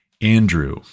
Andrew